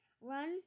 Run